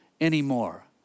anymore